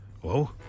Whoa